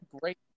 great